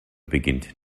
beginnt